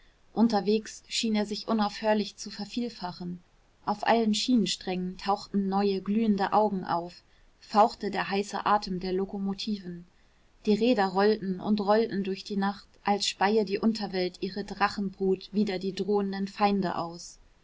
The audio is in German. unterwegs schien er sich unaufhörlich zu vervielfachen auf allen schienensträngen tauchten neue glühende augen auf fauchte der heiße atem der lokomotiven die räder rollten und rollten durch die nacht als speie die unterwelt ihre drachenbrut wider die drohenden feinde aus